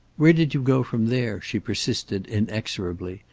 where did you go from there? she persisted inexorably.